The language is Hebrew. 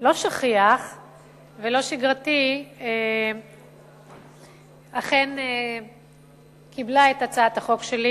לא שכיח ולא שגרתי אכן קיבלה את הצעת החוק שלי.